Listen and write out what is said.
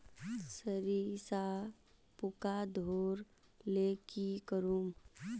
सरिसा पूका धोर ले की करूम?